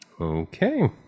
Okay